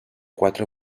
quatre